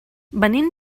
venim